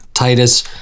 Titus